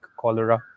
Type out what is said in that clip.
Cholera